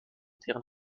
deren